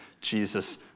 Jesus